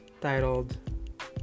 titled